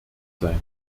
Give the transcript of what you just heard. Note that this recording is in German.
sein